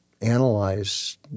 analyze